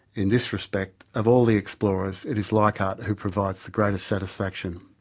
in this respect, of all the explorers, it is leichhardt who provides the greatest satisfaction.